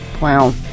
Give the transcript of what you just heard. Wow